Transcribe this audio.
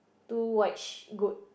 two white sh~ goat